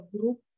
group